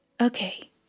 Okay